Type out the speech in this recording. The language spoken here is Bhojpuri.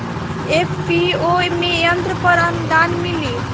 एफ.पी.ओ में यंत्र पर आनुदान मिँली?